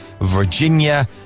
Virginia